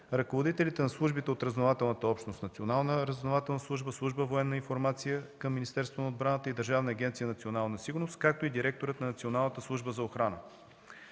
ръководителите на службите от разузнавателната общност – Национална разузнавателна служба, служба „Военна информация” към Министерството на отбраната и Държавна агенция „Национална сигурност”, както и директорът на Националната служба за охрана.